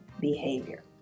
behavior